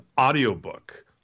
audiobook